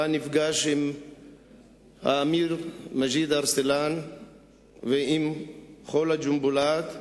שבה נפגש עם האמיר מג'יד ארסלן ועם ח'ולה ג'ונבלאט.